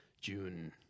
June